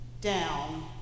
down